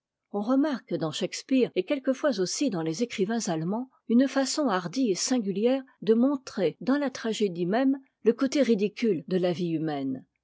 on remarque dans shakspeare et quelquefois aussi dans les écrivains allemands une façon hardie et singulière de montrer dans la tragédie même le côté ridicule de la vie humaine